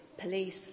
police